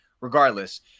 regardless